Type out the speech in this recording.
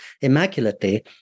immaculately